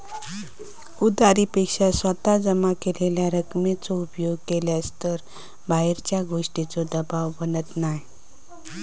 उधारी पेक्षा स्वतः जमा केलेल्या रकमेचो उपयोग केलास तर बाहेरच्या गोष्टींचों दबाव बनत नाय